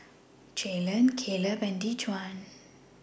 Jalen Kaleb and Dejuan